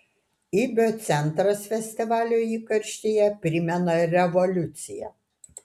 ibio centras festivalio įkarštyje primena revoliuciją